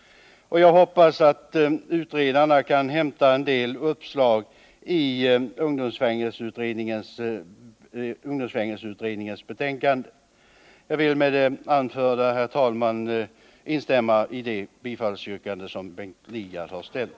Jag hoppas att utredarna kan hämta en del uppslag i ungdomsfängelseutredningens betänkande. Jag vill med det anförda, herr talman, instämma i det bifallsyrkande som Bertil Lidgard har ställt.